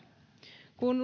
kun